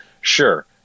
Sure